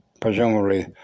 presumably